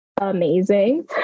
amazing